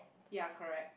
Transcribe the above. ya correct